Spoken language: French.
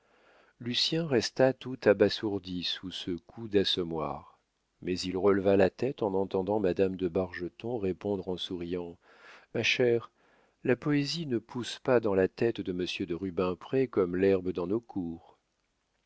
boîte lucien resta tout abasourdi sous ce coup d'assommoir mais il releva la tête en entendant madame de bargeton répondre en souriant ma chère la poésie ne pousse pas dans la tête de monsieur de rubempré comme l'herbe dans nos cours